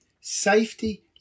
Safety